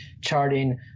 charting